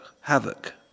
havoc